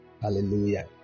Hallelujah